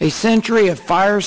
a century of fire